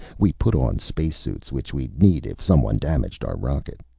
we put on spacesuits, which we'd need if someone damaged our rocket.